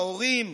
ההורים,